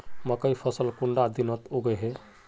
मकई फसल कुंडा दिनोत उगैहे?